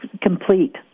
complete